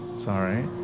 sorry.